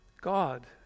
God